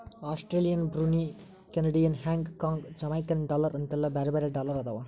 Australian Brunei Canadian Hong Kong Jamaican dollar ಅಂತೆಲ್ಲಾ ಬ್ಯಾರೆ ಬ್ಯಾರೆ ಡಾಲರ್ ಅದಾವ